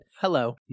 hello